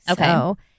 Okay